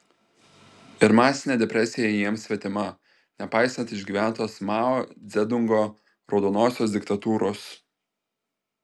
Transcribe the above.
ir masinė depresija jiems svetima nepaisant išgyventos mao dzedungo raudonosios diktatūros